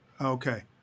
Okay